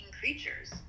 creatures